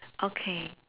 okay